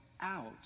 out